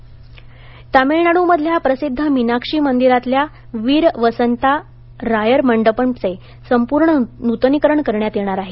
मीनाक्षी मंदिर तमिळनाडूमधल्या प्रसिद्ध मीनाक्षी मंदिरातल्या वीर वसंता रायर मंडपमचे संपूर्ण नुतनीकरण करण्यात येणार आहे